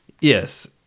yes